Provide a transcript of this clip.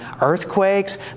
earthquakes